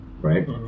right